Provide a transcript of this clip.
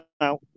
Now